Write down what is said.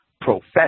profess